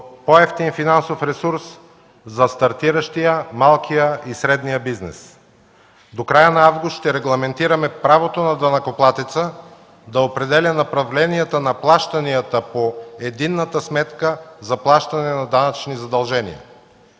по-евтин финансов ресурс за стартиращия, малкия и средния бизнес. До края на август ще регламентираме правото на данъкоплатеца да определя направленията на плащанията по единната сметка за плащане на данъчни задължения.